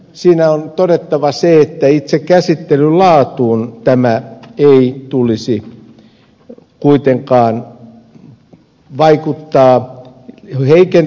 siinä on todettava se että itse käsittelyn laatuun tämän ei tulisi kuitenkaan vaikuttaa heikentävästi